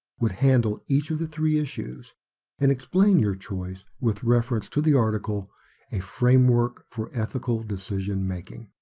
would handle each of the three issues and explain your choice with reference to the article a framework for ethical decision making.